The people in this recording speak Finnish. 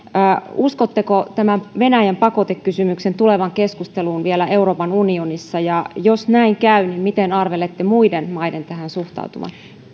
uskotteko tämän venäjän pakotekysymyksen tulevan keskusteluun vielä euroopan unionissa ja jos näin käy niin miten arvelette muiden maiden tähän suhtautuvan